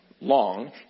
long